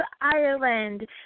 Ireland